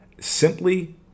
simply